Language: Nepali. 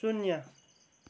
शून्य